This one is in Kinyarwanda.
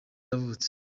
yavutse